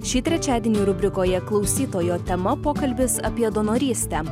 šį trečiadienį rubrikoje klausytojo tema pokalbis apie donorystę